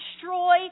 destroy